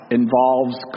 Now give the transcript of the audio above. involves